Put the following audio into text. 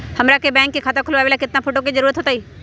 हमरा के बैंक में खाता खोलबाबे ला केतना फोटो के जरूरत होतई?